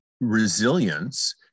resilience